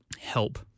help